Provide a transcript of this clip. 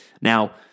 Now